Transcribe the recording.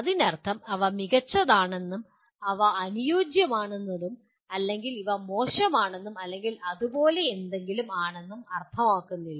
ഇതിനർത്ഥം ഇവ മികച്ചതാണെന്നും ഇവ അനുയോജ്യമാണെന്നും അല്ലെങ്കിൽ ഇവ മോശമാണെന്നും അല്ലെങ്കിൽ അതുപോലെയുള്ള എന്തെങ്കിലും ആണെന്നും അർത്ഥമാക്കുന്നില്ല